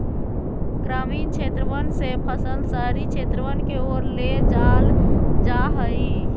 ग्रामीण क्षेत्रवन से फसल शहरी क्षेत्रवन के ओर ले जाल जाहई